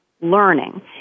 learning